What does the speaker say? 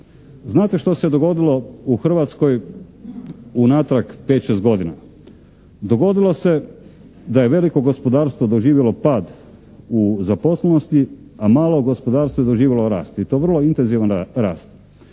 Znate što se dogodilo u Hrvatskoj unatrag pet, šest godina? Dogodilo se da je veliko gospodarstvo doživjelo pad u zaposlenosti, a malo gospodarstvo je doživjelo rast i to vrlo intenzivan rast